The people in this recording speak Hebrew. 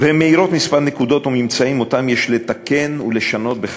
והן מאירות כמה נקודות וממצאים שיש לתקן ולשנות בחקיקה: